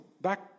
back